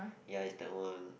ya it's that one